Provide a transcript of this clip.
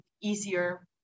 easier